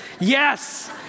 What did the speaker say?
yes